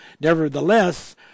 Nevertheless